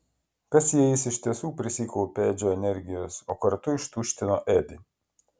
kas jei jis iš tiesų prisikaupė edžio energijos o kartu ištuštino edį